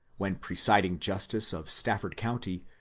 when presiding justice of stafford county,